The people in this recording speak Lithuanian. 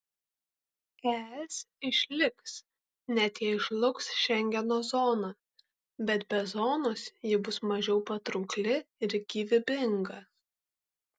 es išliks net jei žlugs šengeno zona bet be zonos ji bus mažiau patraukli ir gyvybinga